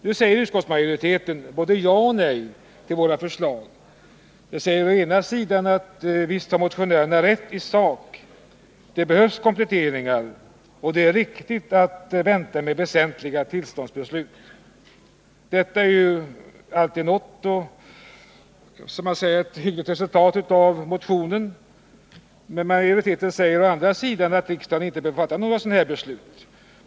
Nu säger utskottsmajoriteten både ja och nej till våra förslag. Man säger å ena sidan att visst har motionärerna rätt i sak — det behövs kompletteringar, och det är riktigt att vänta med väsentliga tillståndsbeslut. Detta är ju alltid något och kunde väl vara ett hyggligt resultat av motionen. Men utskottsmajoriteten säger å andra sidan att riksdagen inte bör fatta sådana här beslut.